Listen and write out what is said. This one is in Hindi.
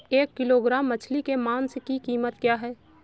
एक किलोग्राम मछली के मांस की कीमत क्या है?